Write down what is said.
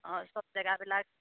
অঁ চব জেগাবেলাক